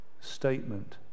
statement